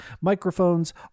microphones